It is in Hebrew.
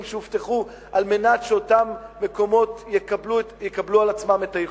שהובטחו על מנת שאותם מקומות יקבלו על עצמם את האיחודים.